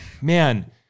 man